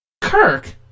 Kirk